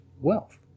wealth